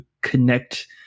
connect